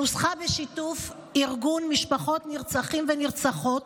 שנוסחה בשיתוף ארגון משפחות נרצחים ונרצחות,